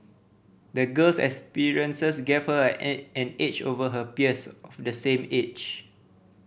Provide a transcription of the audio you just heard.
the girl's experiences gave her an an edge over her peers of the same age